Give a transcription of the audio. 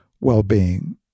well-being